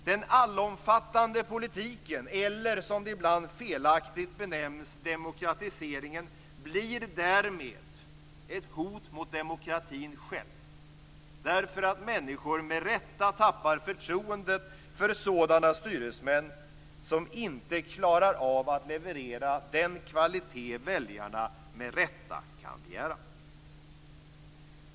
Den allomfattande politiken - eller som det ibland felaktigt benämns, demokratiseringen - blir därmed ett hot mot demokratin själv. Människor tappar med rätta förtroendet för sådana styresmän som inte klarar av att leverera den kvalitet väljarna med rätta kan begära.